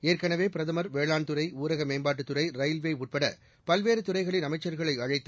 ஏற்கனவே பிரதமர் வேளாண்துறை ஊரக மேம்பாட்டுத்துறை ரயில்வே உட்பட பல்வேறு துறைகளின் அமைச்சர்களை அழைத்து